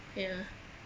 ya